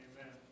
Amen